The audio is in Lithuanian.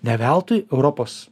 ne veltui europos